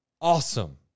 awesome